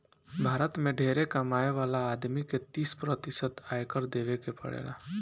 भारत में ढेरे कमाए वाला आदमी के तीस प्रतिशत आयकर देवे के पड़ेला